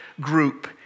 group